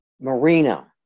marina